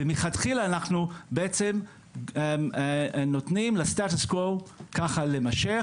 ומלכתחילה אנחנו בעצם נותנים לסטטוס קוו ככה להמשך